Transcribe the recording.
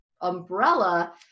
umbrella